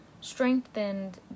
strengthened